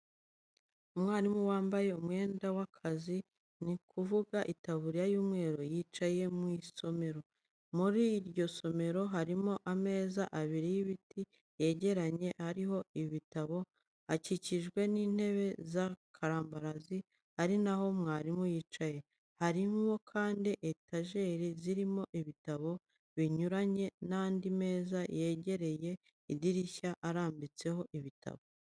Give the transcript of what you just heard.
Umwarimu wambaye umwenda w'akazi, ni ukuvuga itaburiya y'umweru, yicaye mu isomero. Muri iryo somero, harimo ameza abiri y'ibiti yegeranye ariho ibitabo, akikijwe n'intebe za karambarazi ari naho mwarimu yicaye. Harimo kandi etajeri zirimo ibitabo binyuranye n'andi meza yegereye idirishya, arambitseho ibitabo.